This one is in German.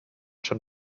schon